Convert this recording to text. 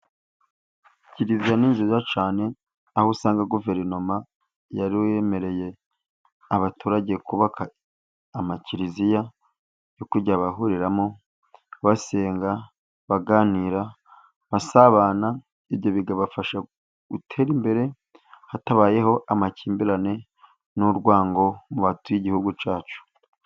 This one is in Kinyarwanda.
Kiliziya ni nziza cyane, aho usanga guverinoma ya yemereye abaturage kubaka amakiriliziya, yo kujya bahuriramo, basenga, baganira, basabana, ibyo bikabafasha gutera imbere hatabayeho amakimbirane n'urwango mu batuye igihugu cyacu.